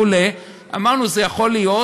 אמרנו שזה יכול להיות,